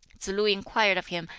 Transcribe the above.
tsz-lu inquired of him,